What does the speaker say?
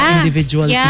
individual